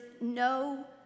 no